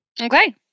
okay